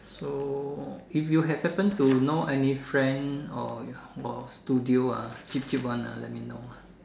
so if you have happen to know any friend or your or studio ah cheap cheap one ah let me know